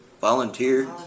Volunteer